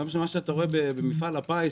מה שאתה רואה במפעל הפיס,